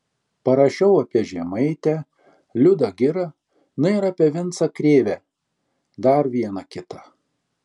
parašiau apie žemaitę liudą girą na ir apie vincą krėvę dar vieną kitą